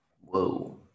Whoa